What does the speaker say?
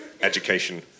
education